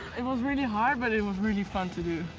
it was really hard, but it was really fun to do.